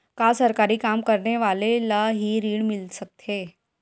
का सरकारी काम करने वाले ल हि ऋण मिल सकथे?